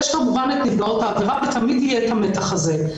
ויש כמובן את נפגעות העבירה ותמיד יהיה את המתח הזה.